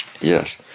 Yes